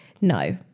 no